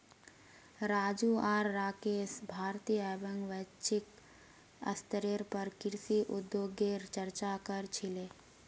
राजू आर राकेश भारतीय एवं वैश्विक स्तरेर पर कृषि उद्योगगेर चर्चा क र छीले